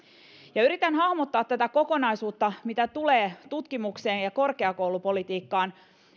yritän hahmottaa tätä kokonaisuutta mitä tulee tutkimukseen ja korkeakoulupolitiikkaan